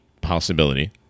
possibility